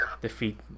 defeat